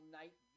night